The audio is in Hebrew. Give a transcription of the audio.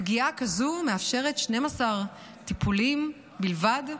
פגיעה כזאת מאפשרת 12 טיפולים בלבד?